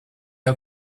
are